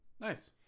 nice